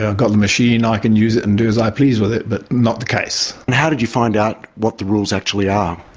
ah got the machine, i can use it and do as i please with it, but not the case. and how did you find out what the rules actually are?